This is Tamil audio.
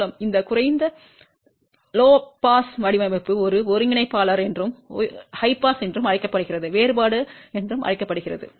மூலம் இந்த குறைந்த பாஸ் வடிவமைப்பு ஒரு ஒருங்கிணைப்பாளர் என்றும் உயர் பாஸ் என்றும் அழைக்கப்படுகிறது வேறுபாடு என்றும் அழைக்கப்படுகிறது